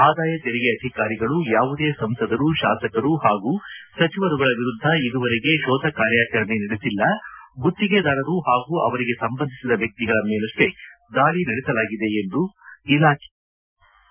ಆದಾಯ ತೆರಿಗೆ ಅಧಿಕಾರಿಗಳು ಯಾವುದೇ ಸಂಸದರು ಶಾಸಕರು ಹಾಗೂ ಸಚಿವರುಗಳ ವಿರುದ್ದ ಇದುವರೆಗೆ ಶೋಧ ಕಾರ್ಯಾಚರಣೆ ನಡೆಸಿಲ್ಲ ಗುತ್ತಿಗೆದಾರರು ಹಾಗೂ ಅವರಿಗೆ ಸಂಬಂಧಿಸಿದ ವ್ಯಕ್ತಿಗಳ ಮೇಲಷ್ವೆ ದಾಳಿ ನಡೆಸಲಾಗಿದೆ ಎಂದು ಆದಾಯ ತೆರಿಗೆ ಇಲಾಖೆ ತಿಳಿಸಿದೆ